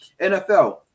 NFL